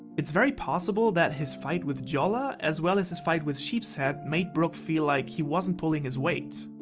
it's very possible that his fight with giolla, as well as his fight with sheepshead, made brook feel like he wasn't pulling his weight.